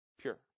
pure